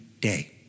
day